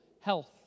health